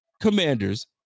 Commanders